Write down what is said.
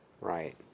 Right